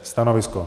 Stanovisko?